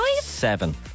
Seven